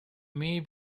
may